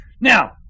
Now